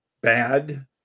bad